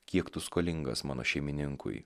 kiek tu skolingas mano šeimininkui